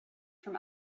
from